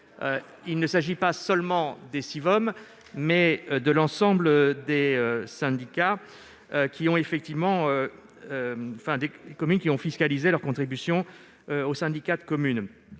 il ne s'agit pas seulement des Sivom, mais de l'ensemble des communes qui ont fiscalisé leur contribution au syndicat de communes